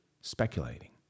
speculating